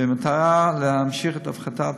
במטרה להמשיך את הפחתת